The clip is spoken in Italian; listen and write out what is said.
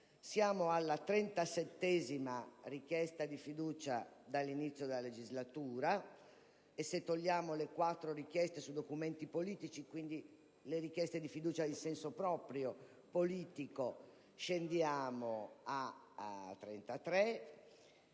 siamo alla trentasettesima richiesta di fiducia dall'inizio della legislatura e, se togliamo le quattro richieste sui documenti politici, quindi le richieste di fiducia in senso proprio, politico, scendiamo a 33,